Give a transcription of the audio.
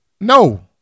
no